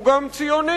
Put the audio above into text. הוא גם ציוני.